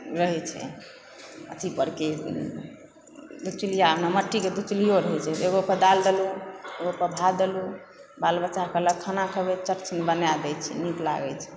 रहए छै अथी करके दू चूल्हिय मट्टीके दू चूल्हियो रहै छै एगो पर दालि देलहुँ एगो पर भात देलहुँ बाल बच्चा कहलक खाना खेबै तऽ चट सिन बना दए छियै नीक लागै छै